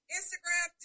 Instagram